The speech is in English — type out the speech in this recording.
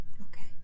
Okay